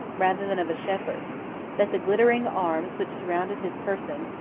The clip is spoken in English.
rather than of a shepherd that the glittering arms which surrounded his person,